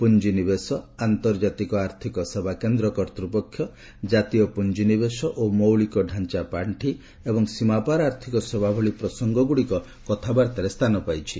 ପୁଞ୍ଜିନିବେଶ ଆର୍ନ୍ତଜାତିକ ଆର୍ଥକ ସେବା କେନ୍ଦ୍ର କର୍ତ୍ତୃପକ୍ଷ ଜାତୀୟ ପୁଞ୍ଜିନିବେଶ ଓ ମୌଳିକ ଢାଞ୍ଚା ପାଶ୍ଚି ଏବଂ ସୀମାପାର ଆର୍ଥିକ ସେବା ଭଳି ପ୍ରସଙ୍ଗ ଗୁଡିକ କଥାବାର୍ତ୍ତାରେ ସ୍ଥାନ ପାଇଛି